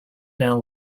now